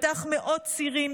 פתח מאות צירים,